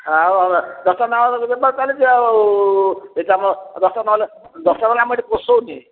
ଆଉ ଦଶ ଟଙ୍କାରେ ତ ବେପାର ଚାଲିଛି ଆଉ ଦଶ ଟଙ୍କା ନହେଲେ ଆମକୁ ପୋଷଉନି